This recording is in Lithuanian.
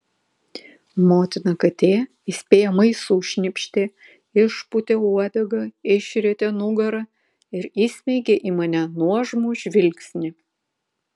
motina katė įspėjamai sušnypštė išpūtė uodegą išrietė nugarą ir įsmeigė į mane nuožmų žvilgsnį